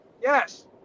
Yes